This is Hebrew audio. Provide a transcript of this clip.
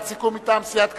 סיכום מטעם סיעת קדימה.